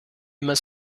immer